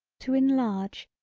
to enlarge,